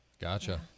Gotcha